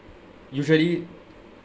usually